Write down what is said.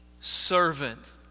servant